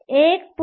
तर 1